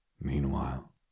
Meanwhile